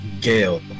Gale